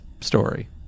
story